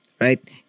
right